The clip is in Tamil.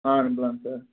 ஆ ரெண்டுதாங்க சார்